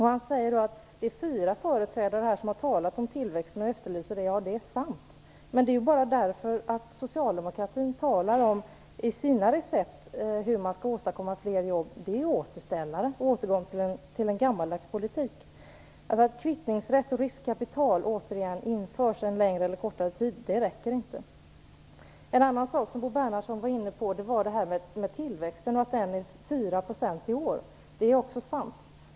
Han säger att det är fyra företrädare som talat om tillväxt och efterlyser detta. Ja, det är sant, men det är därför att socialdemokratin i sina recept för hur man skall åstadkomma fler jobb bara talar om återställare till en gammaldags politik. Att kvittningsrätt och riskkapital återigen införs för en längre eller kortare tid räcker inte. En annan sak som Bo Bernhardsson var inne på var att tillväxten i år är 4 %. Det är sant.